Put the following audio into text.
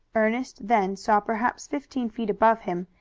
ernest then saw, perhaps fifteen feet above him,